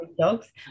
dogs